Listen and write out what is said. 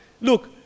Look